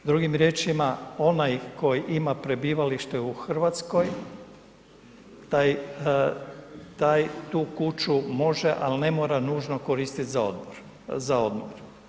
Drugim riječima onaj koji ima prebivalište u Hrvatskoj taj, taj tu kuću može ali ne mora nužno koristiti za odmor.